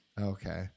Okay